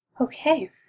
Okay